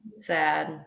Sad